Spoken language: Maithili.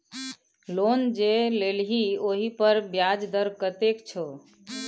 लोन जे लेलही ओहिपर ब्याज दर कतेक छौ